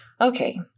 Okay